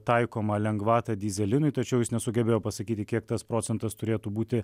taikomą lengvatą dyzelinui tačiau jis nesugebėjo pasakyti kiek tas procentas turėtų būti